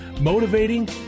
motivating